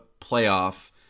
playoff